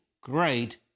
great